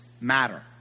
Matter